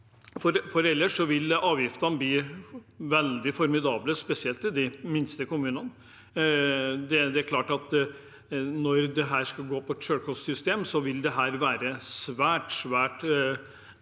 for ellers vil avgiftene bli formidable, spesielt i de minste kommunene. Når dette skal være et selvkostsystem, vil det være svært, svært utfordrende